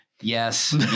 yes